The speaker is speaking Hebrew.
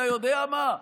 אתה יודע מה,